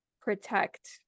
protect